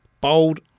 bold